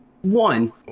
One